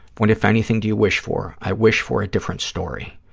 what, if anything, do you wish for? i wish for a different story.